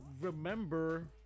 remember